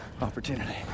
opportunity